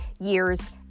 years